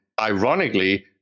ironically